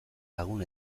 lagun